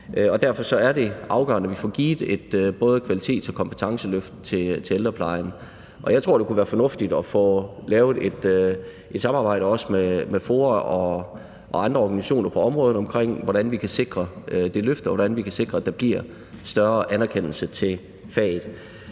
derfor er det afgørende, at vi får givet både et kvalitets- og kompetenceløft til ældreplejen. Jeg tror, det kunne være fornuftigt at få lavet et samarbejde med FOA og andre organisationer omkring, hvordan vi kan sikre det løft, og hvordan vi kan sikre, at der bliver større anerkendelse af faget.